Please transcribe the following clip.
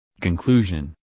Conclusion